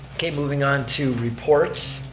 okay, moving on to reports,